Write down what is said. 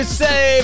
say